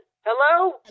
Hello